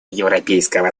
европейского